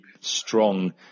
strong